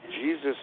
Jesus